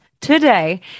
today